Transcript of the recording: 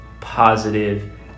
positive